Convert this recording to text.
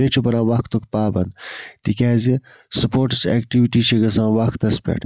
بیٚیہِ چھُ بَنان وَقتُک پابَنٛد تکیازِ سپوٹس ایٚکٹِوِٹیٖز چھِ گَژھان وَقتَس پیٚٹھ